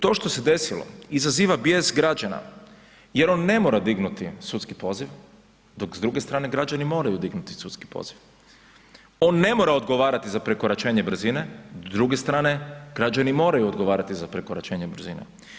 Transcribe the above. To što se desilo izaziva bijes građana jer on ne mora dignuti sudski poziv, dok s druge strane građani moraju dignuti sudski poziv, on ne mora odgovarati za prekoračenje brzine, s druge strane građani moraju odgovarati za prekoračenje brzine.